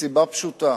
מסיבה פשוטה,